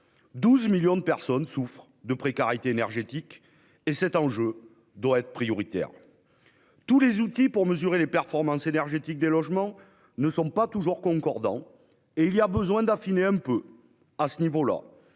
12 millions de personnes souffrent de précarité énergétique. Cet enjeu doit être prioritaire. Tous les outils pour mesurer les performances énergétiques des logements ne sont pas toujours concordants. Il est nécessaire d'affiner quelque peu